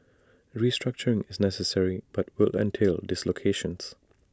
restructuring is necessary but will entail dislocations